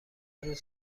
روز